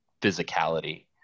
physicality